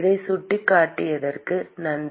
அதை சுட்டிக்காட்டியதற்கு நன்றி